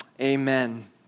amen